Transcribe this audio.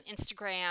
Instagram